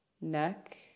Neck